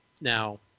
Now